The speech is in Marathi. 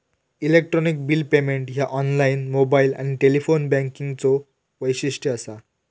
इलेक्ट्रॉनिक बिल पेमेंट ह्या ऑनलाइन, मोबाइल आणि टेलिफोन बँकिंगचो वैशिष्ट्य असा